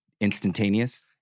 instantaneous